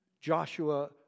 Joshua